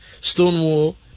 Stonewall